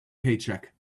paycheck